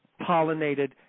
pollinated